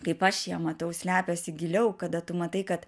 kaip aš ją matau slepiasi giliau kada tu matai kad